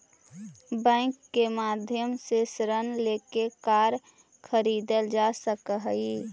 bank के माध्यम से ऋण लेके कार खरीदल जा सकऽ हइ